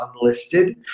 unlisted